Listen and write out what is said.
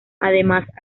además